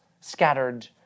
scattered